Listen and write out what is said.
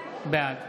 בעד